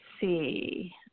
see